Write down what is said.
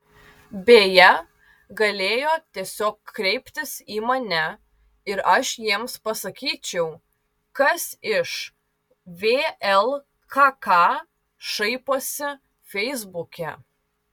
beje galėjo tiesiog kreiptis į mane ir aš jiems pasakyčiau kas iš vlkk šaiposi feisbuke